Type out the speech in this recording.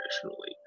traditionally